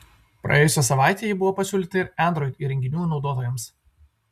praėjusią savaitę ji buvo pasiūlyta ir android įrenginių naudotojams